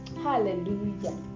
Hallelujah